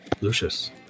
Lucius